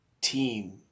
team